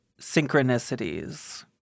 synchronicities